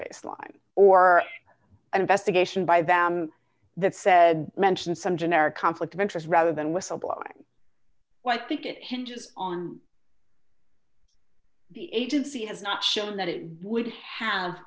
baseline or an investigation by them that said mentioned some generic conflict of interest rather than whistleblower well i think it hinges on agency has not shown that it would have